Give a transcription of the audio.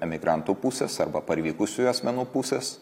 emigrantų pusės arba parvykusiųjų asmenų pusės